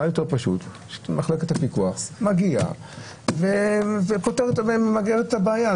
מה יותר פשוט מכך שמחלקת הפיקוח מגיעה ופותרת את הבעיה?